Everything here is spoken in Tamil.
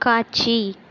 காட்சி